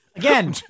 Again